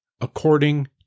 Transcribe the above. according